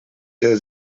der